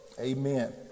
Amen